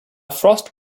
frost